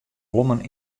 blommen